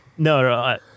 No